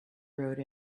wrote